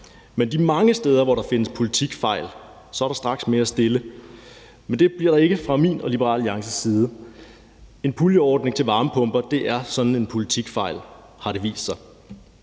med de mange steder, hvor der findes politikfejl, så er der straks mere stille. Men det bliver der ikke fra min og Liberal Alliances side. En puljeordning til varmepumper er sådan en politikfejl, har det vist sig.